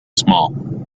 small